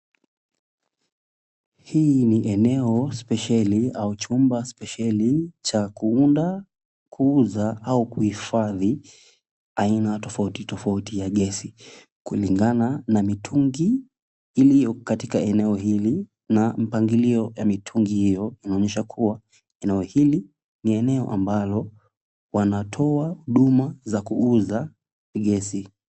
Hii ni eneo spesheli au chumba spesheli cha kuunda, kuuza au kuhifadhi aina tofauti tofauti ya gesi kulingana na mitungi iliyo katika eneo hili na mpangilio wa mitungi hiyo inaonyesha kuwa eneo hili ni eneo ambalo wanatoa huduma za kuuza gesi.